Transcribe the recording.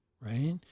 Right